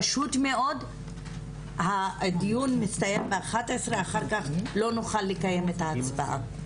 פשוט מאוד הדיון מסתיים ב-11:00 ואחר כך לא נוכל לקיים את ההצבעה.